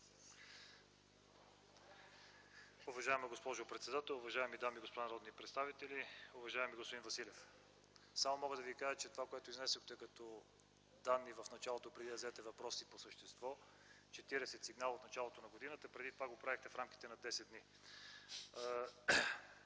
Уважаема госпожо председател, уважаеми дами и господа народни представители, уважаеми господин Василев! Само мога да Ви кажа, че това, което изнесохте като данни в началото, преди да зададете въпроса по същество, 40 сигнала от началото на годината, преди това го правехте в рамките на 10 дни.